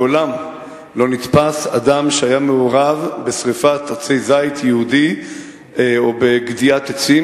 מעולם לא נתפס אדם יהודי שהיה מעורב בשרפת עצי זית או בגדיעת עצים.